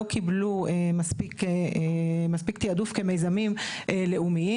לא קיבלו מספיק תעדוף כמיזמים לאומיים.